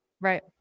right